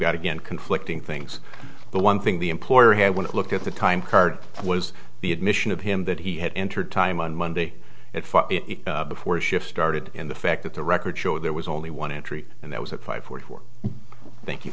got again conflicting things the one thing the employer had one look at the time card was the admission of him that he had entered time on monday before shift started in the fact that the records show there was only one entry and that was at five forty four thank you